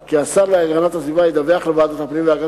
כי השר להגנת הסביבה ידווח לוועדת הפנים והגנת